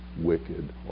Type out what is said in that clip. wicked